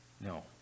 No